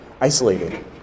isolated